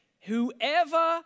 whoever